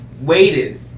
waited